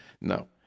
No